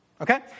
Okay